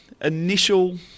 Initial